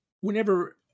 whenever